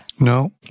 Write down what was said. No